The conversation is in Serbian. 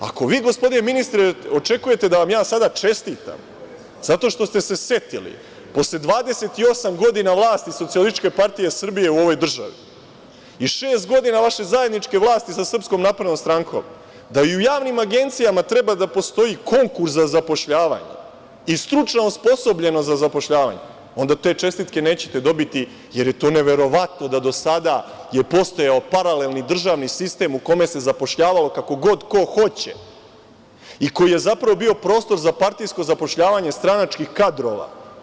Ako vi, gospodine ministre, očekujete da vam ja sada čestitam zato što ste se setili posle 28 godina vlasti SPS u ovoj državi i šest godina vaše zajedničke vlasti sa SNS da i u javnim agencijama treba da postoji konkurs za zapošljavanje i stručna osposobljenost za zapošljavanje, onda te čestitke nećete dobiti, jer je to neverovatno da do sada je postojao paralelni državni sistem u kome se zapošljavalo kako god ko hoće i koji je zapravo bio prostor za partijsko zapošljavanje stranačkih kadrova.